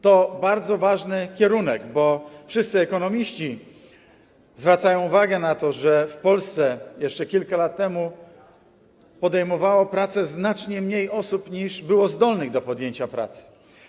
To bardzo ważny kierunek, bo wszyscy ekonomiści zwracają uwagę na to, że w Polsce jeszcze kilka lat temu podejmowało pracę znacznie mniej osób, niż było zdolnych do podjęcia pracy.